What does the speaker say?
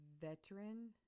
Veteran